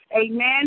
Amen